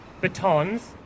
batons